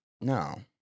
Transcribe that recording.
No